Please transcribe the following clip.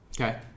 Okay